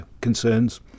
concerns